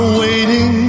waiting